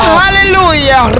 hallelujah